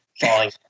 falling